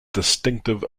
distinctive